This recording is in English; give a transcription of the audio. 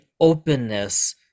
openness